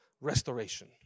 restoration